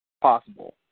possible